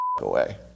away